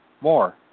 more